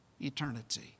eternity